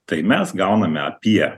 tai mes gauname apie